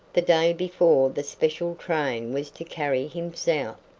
the day before the special train was to carry him south.